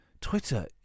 twitter